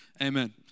amen